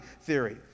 theory